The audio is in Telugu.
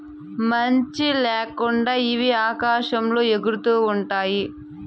మంచి ల్యాకుండా ఇవి ఆకాశంలో ఎగురుతూ ఉంటాయి